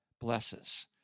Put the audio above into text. blesses